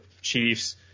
Chiefs